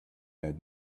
had